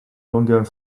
longer